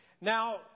Now